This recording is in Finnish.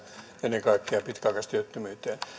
ennen kaikkea pitkäaikaistyöttömyyteen